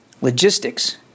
logistics